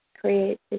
create